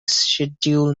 schedule